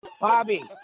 Bobby